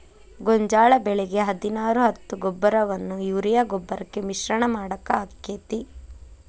ಗೋಂಜಾಳ ಬೆಳಿಗೆ ಹದಿನಾರು ಹತ್ತು ಗೊಬ್ಬರವನ್ನು ಯೂರಿಯಾ ಗೊಬ್ಬರಕ್ಕೆ ಮಿಶ್ರಣ ಮಾಡಾಕ ಆಕ್ಕೆತಿ?